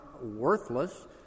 worthless